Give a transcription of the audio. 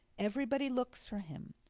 everybody looks for him.